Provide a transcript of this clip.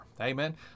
Amen